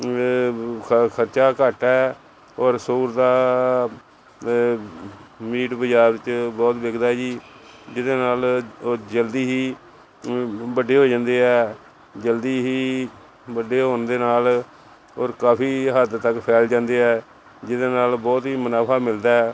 ਖ ਖਰਚਾ ਘੱਟ ਹੈ ਔਰ ਸੂਰ ਦਾ ਮੀਟ ਬਾਜ਼ਾਰ 'ਚ ਬਹੁਤ ਵਿਕਦਾ ਜੀ ਜਿਹਦੇ ਨਾਲ ਉਹ ਜਲਦੀ ਹੀ ਵੱਡੇ ਹੋ ਜਾਂਦੇ ਆ ਜਲਦੀ ਹੀ ਵੱਡੇ ਹੋਣ ਦੇ ਨਾਲ ਔਰ ਕਾਫੀ ਹੱਦ ਤੱਕ ਫੈਲ ਜਾਂਦੇ ਆ ਜਿਹਦੇ ਨਾਲ ਬਹੁਤ ਹੀ ਮੁਨਾਫਾ ਮਿਲਦਾ